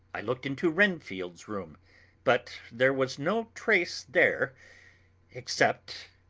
i looked into renfield's room but there was no trace there except!